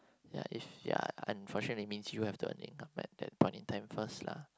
ya if ya unfortunately means you have to earn at the point in time first lah